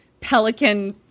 pelican